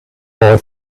boy